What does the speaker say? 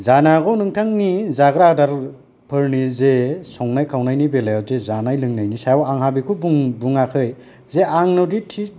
जानो हागौ नोंथांनि जाग्रा आदारफोरनि जे संनाय खावनायनि बेलायाव जे जानाय लोंनायनि सायाव आंहा बे बेखौ बुङाखै जे आंनाव जे थि